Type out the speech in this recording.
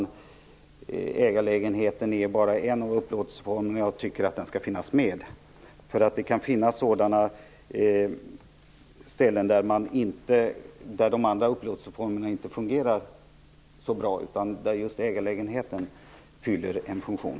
Ägarlägenheten är bara en av flera upplåtelseformer och jag tycker att den skall finnas med. Det kan nämligen vara så på en del ställen att andra upplåtelseformerna inte fungerar så bra, medan just ägarlägenheten fyller en funktion.